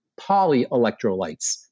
polyelectrolytes